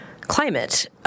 climate